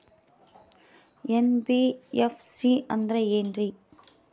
NBFC ಅಂದ್ರ ಏನ್ರೀ?